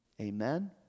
Amen